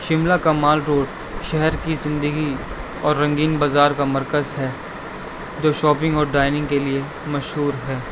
شملہ کا Mall Road شہر کی زندگی اور رنگین بازار کا مرکز ہے جو شاپنگ اور ڈائننگ کے لیے مشہور ہے